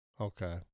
Okay